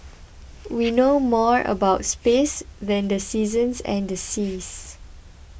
we know more about space than the seasons and the seas